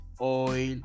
oil